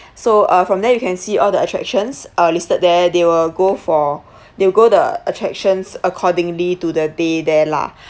so uh from there you can see all the attractions uh listed there they will go for they'll go the attractions accordingly to the day there lah